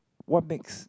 what makes